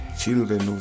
children